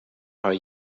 are